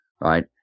Right